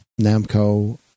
Namco